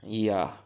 yeah